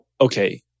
okay